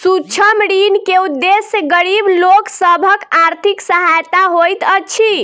सूक्ष्म ऋण के उदेश्य गरीब लोक सभक आर्थिक सहायता होइत अछि